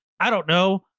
i don't know,